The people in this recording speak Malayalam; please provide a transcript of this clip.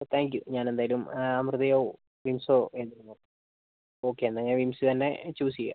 താങ്ക് യൂ ഞാൻ എന്തായാലും അമൃതയോ മിംമ്സോ ഏതെങ്കിലും നോക്കാം ഓക്കെ എന്നാൽ ഞാൻ മിംമ്സ് തന്നെ ചൂസ് ചെയ്യാം